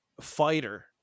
fighter